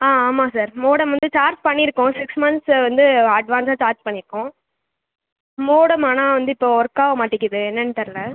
ஆ ஆமா sir modem வந்து charge பண்ணியிருக்கோம் சிக்ஸ் மன்த்ஸ் வந்து அட்வான்ஸாக சார்ஜ் பண்ணியிருக்கோம் மோடம் ஆனால் வந்து இப்போது ஒர்க்காக மாட்டேங்குது என்னன்னு தெரில